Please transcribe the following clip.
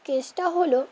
কেসটা হলো